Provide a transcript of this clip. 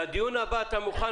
לדיון הבא אתה מוכן,